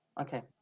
Okay